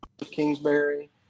Kingsbury